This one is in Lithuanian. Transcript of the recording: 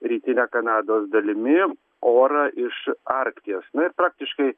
rytine kanados dalimi orą iš arkties na ir praktiškai